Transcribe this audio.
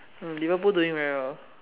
oh Liverpool doing very well